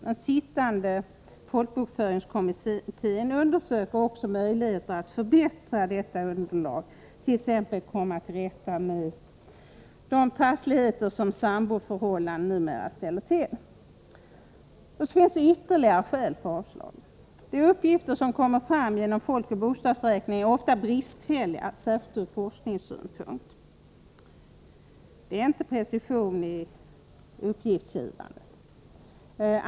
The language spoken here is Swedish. Den sittande folkbokföringskommittén undersöker vissa möjligheter att t.ex. komma till rätta med de trassligheter som samboförhållanden numera ställer till med. Det finns också ytterligare skäl för avslag. De uppgifter som kommer fram genom FoB är ofta bristfälliga, särskilt ur forskningssynpunkt. Uppgiftslämnandet sker inte med tillräcklig precision.